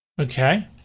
Okay